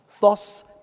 Thus